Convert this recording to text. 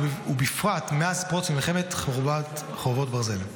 ובפרט מאז פרוץ מלחמת חרבות ברזל,